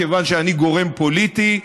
כיוון שאני גורם פוליטי,